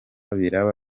biraba